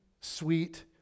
sweet